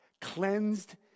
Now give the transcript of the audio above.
cleansed